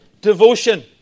devotion